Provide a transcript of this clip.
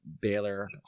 Baylor